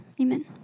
Amen